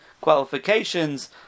qualifications